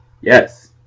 yes